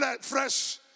fresh